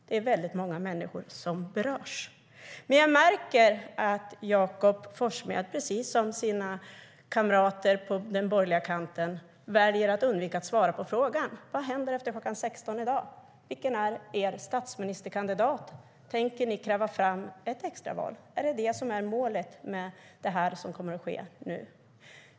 Det är väldigt många människor som berörs. Jag märker att Jakob Forssmed, precis som sina kamrater på den borgerliga kanten, väljer att undvika att svara på frågan: Vad händer efter klockan 16 i dag? Vilken är en statsministerkandidat? Tänker ni kräva ett extra val? Är det målet med det som nu kommer att ske?